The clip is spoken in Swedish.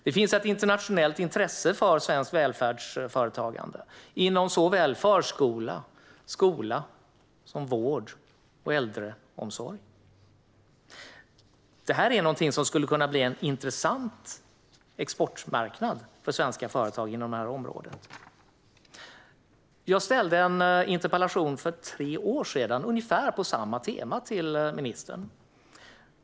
Det finns ett internationellt intresse för svenskt välfärdsföretagande inom såväl förskola och skola som vård och äldreomsorg. Det här skulle kunna bli en intressant exportmarknad för svenska företag inom dessa områden. Jag ställde en interpellation för tre år sedan ungefär på samma tema till ministern.